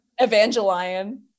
evangelion